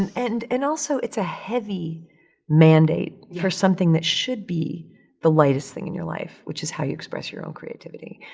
and and, and also it's a heavy mandate mandate for something that should be the lightest thing in your life, which is how you express your own creativity.